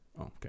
Okay